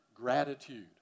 gratitude